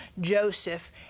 Joseph